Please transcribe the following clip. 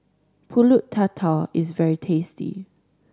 Pulut Tatal is very tasty